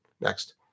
next